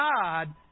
God